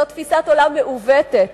זאת תפיסת עולם מעוותת.